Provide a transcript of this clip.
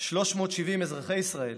ל-1,140,370 אזרחי ישראל